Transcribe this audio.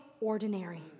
ordinary